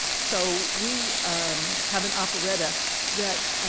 so we have an operetta that